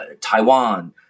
Taiwan